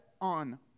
on